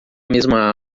mesma